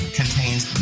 contains